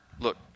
Look